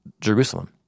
Jerusalem